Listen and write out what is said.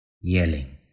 yelling